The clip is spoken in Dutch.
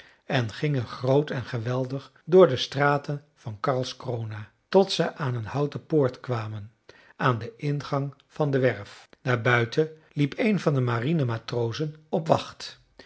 en gingen groot en geweldig door de straten van karlskrona tot ze aan een houten poort kwamen aan den ingang van de werf daarbuiten liep een van de marinematrozen op wacht